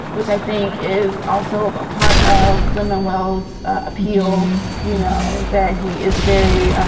which i think is also a part of linman wealth appeal um you know, that he is very